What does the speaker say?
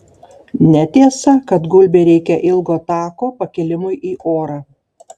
netiesa kad gulbei reikia ilgo tako pakilimui į orą